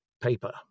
paper